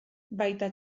baita